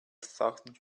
taught